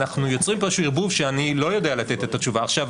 אנחנו יוצרים פה איזה שהוא ערבוב שאני לא יודע לתת את התשובה עכשיו,